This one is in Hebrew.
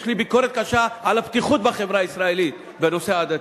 יש לי ביקורת קשה על הפתיחות בחברה הישראלית בנושא העדתי.